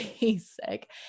basic